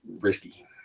risky